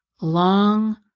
long